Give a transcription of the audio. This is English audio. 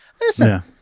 Listen